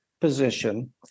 position